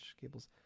cables